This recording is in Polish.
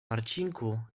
marcinku